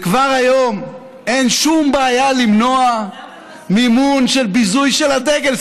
וכבר היום אין שום בעיה למנוע מימון של ביזוי של הדגל,